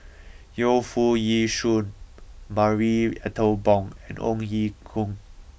Yu Foo Yee Shoon Marie Ethel Bong and Ong Ye Kung